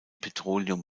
petroleum